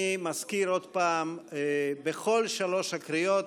אני מזכיר עוד פעם: בכל שלוש הקריאות,